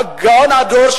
גאון הדור,